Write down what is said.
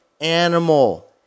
animal